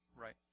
Right